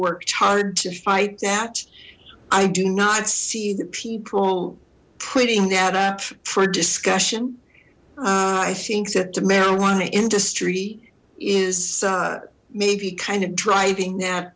worked hard to fight that i do not see the people putting that up for discussion i think that the marijuana industry is maybe kind of driving